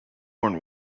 worn